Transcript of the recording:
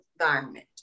environment